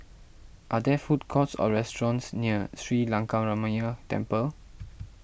are there food courts or restaurants near Sri Lankaramaya Temple